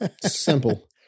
simple